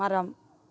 மரம்